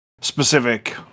specific